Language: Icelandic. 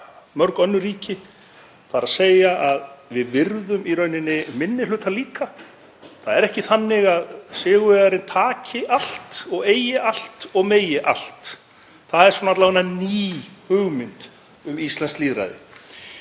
mörg önnur ríki, þ.e. við virðum í rauninni minni hluta líka. Það er ekki þannig að sigurvegari taki allt og eigi allt og megi allt. Það er alla vega ný hugmynd um íslenskt lýðræði.